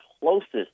closest